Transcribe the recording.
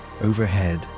Overhead